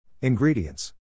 Ingredients